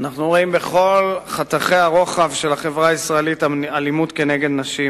אנחנו רואים בכל חתכי הרוחב של החברה הישראלית אלימות נגד נשים.